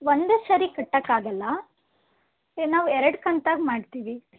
ಒಂದೇ ಸಾರಿ ಕಟ್ಟಕ್ಕೆ ಆಗೋಲ್ಲ ಏ ನಾವು ಎರಡು ಕಂತಾಗಿ ಮಾಡ್ತೀವಿ